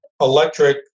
electric